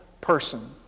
person